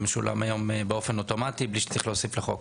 זה משולם היום באופן אוטומטי בלי שצריך להוסיף לחוק.